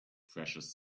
precious